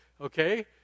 okay